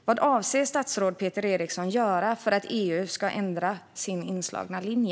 Vad avser statsrådet Peter Eriksson att göra för att EU ska ändra sin inslagna linje?